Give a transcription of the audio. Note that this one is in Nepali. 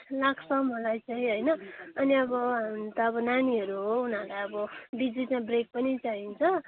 लाग्छ मलाई चाहिँ हैन अनि अब हुन त अब नानीहरू हो उनीहरूलाई अब बिच बिचमा ब्रेक पनि चाहिन्छ